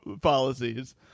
policies